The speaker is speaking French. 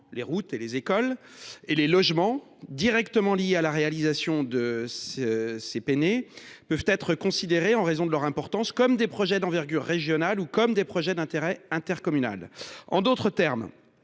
les routes, les écoles ou encore les logements directement liés à la réalisation de ces projets peuvent être considérés, en raison de leur importance, comme des projets d’envergure régionale ou d’intérêt intercommunal. En d’autres termes,